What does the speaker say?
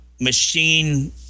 machine